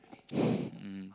mm